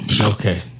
Okay